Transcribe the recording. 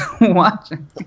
watching